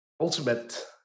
Ultimate